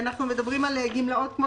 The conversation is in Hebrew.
אנחנו מדברים על גמלאות כמו